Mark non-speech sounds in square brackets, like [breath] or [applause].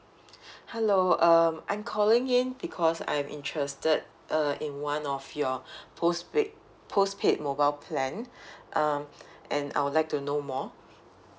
[breath] hello um I'm calling in because I'm interested uh in one of your [breath] postpaid postpaid mobile plan [breath] um and I would like to know more